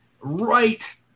right